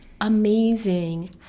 amazing